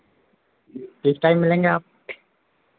किस टाइम मिलेंगे आप